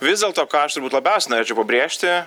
vis dėlto ką aš turbūt labiausiai norėčiau pabrėžti